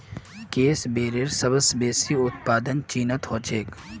case मेयरेर सबस बेसी उत्पादन चीनत ह छेक